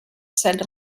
set